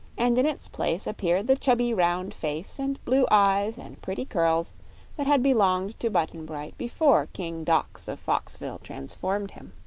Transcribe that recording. and in its place appeared the chubby round face and blue eyes and pretty curls that had belonged to button-bright before king dox of foxville transformed him.